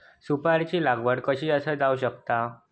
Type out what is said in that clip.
सुपारीची लागवड कशी जास्त जावक शकता?